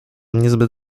niezbyt